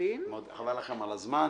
חבל לכם על הזמן.